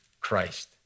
Christ